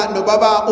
Nobaba